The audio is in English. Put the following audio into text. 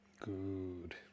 Good